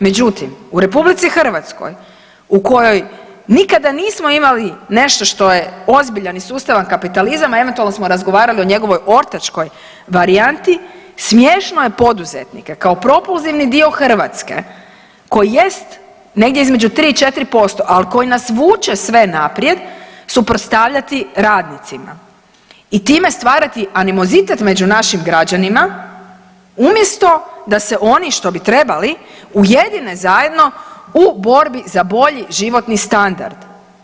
Međutim, u RH u kojoj nikada nismo imali nešto što je ozbiljan i sustavan kapitalizam, a eventualno smo razgovarali o njegovoj ortačkoj varijanti smiješno je poduzetnike kao propulzivni dio Hrvatske koji jest negdje između 3-4% ali koji nas vuče sve naprijed suprotstavljati radnicima i time stvarati animozitet među našim građanima umjesto da se oni što bi trebali ujedine zajedno u borbi za bolji životni standard.